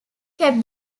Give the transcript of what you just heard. kept